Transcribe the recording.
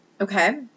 Okay